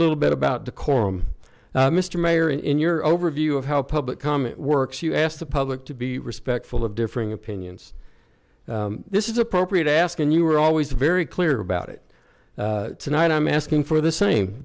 little bit about decorum mr mayor in your overview of how public comment works you ask the public to be respectful of differing opinions this is appropriate to ask and you were always very clear about it tonight i'm asking for the same